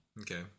Okay